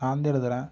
நான்தான் எழுதுகிறேன்